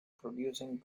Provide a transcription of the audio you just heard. producing